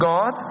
God